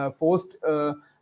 forced